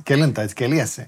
kelintą keliesi